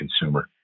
consumer